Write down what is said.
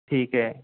ठीक है